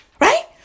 Right